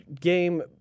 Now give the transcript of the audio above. game